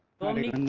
body